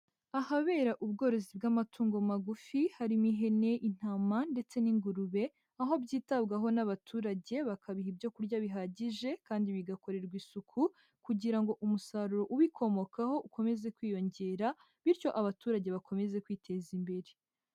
Ahabera ubworozi bw'amatungo magufi harimo ihene, intama ndetse n'ingurube, aho byitabwaho n'abaturage bakabiha ibyo kurya bihagije kandi bigakorerwa isuku kugira ngo umusaruro ubikomokaho ukomeze kwiyongera, bityo abaturage bakomeze kwiteza imbere.